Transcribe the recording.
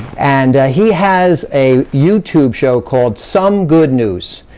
and he has a youtube show called some good news.